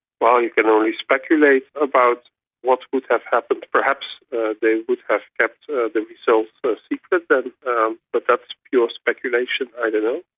well, you can only speculate about what would have happened, perhaps they would have kept the results so so secret, but um but that's pure speculation, i don't know.